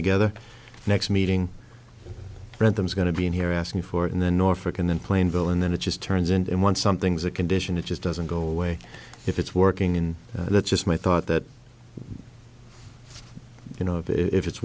together next meeting randoms going to be in here asking for it in the norfolk and then plainville and then it just turns and in one something's a condition that just doesn't go away if it's working and that's just my thought that you know if it's